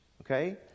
okay